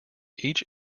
each